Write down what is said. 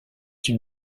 une